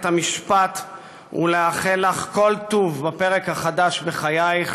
המשפט ולאחל לך כל טוב בפרק החדש בחייך,